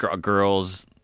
girls